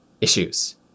issues